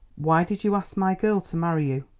why did you ask my girl to marry you?